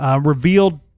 revealed